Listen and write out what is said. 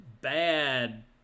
bad